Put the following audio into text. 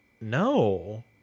No